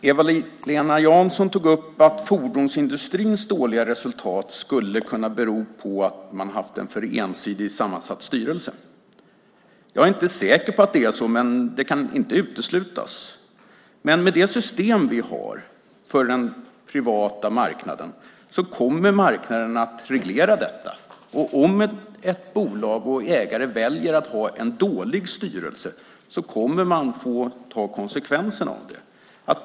Fru talman! Eva-Lena Jansson tog upp att fordonsindustrins dåliga resultat skulle kunna bero på att man har haft för ensidigt sammansatta styrelser. Jag är inte säker på att det är så, men det kan inte uteslutas. Men med det system vi har för den privata marknaden kommer marknaden att reglera detta. Om ett bolag eller en ägare väljer att ha en dålig styrelse kommer man att få ta konsekvenserna av det.